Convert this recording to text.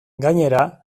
gainera